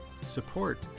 Support